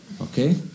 Okay